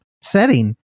setting